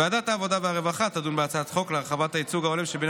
ועדת העבודה והרווחה תדון בהצעת חוק להרחבת הייצוג ההולם של בני